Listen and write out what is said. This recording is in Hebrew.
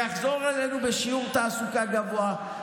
זה יחזור אלינו בשיעור תעסוקה גבוה,